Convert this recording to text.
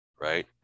right